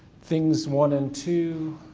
things one and two,